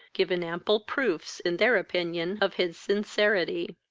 given ample proofs in their opinion of his sincerity.